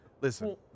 listen